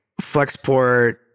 Flexport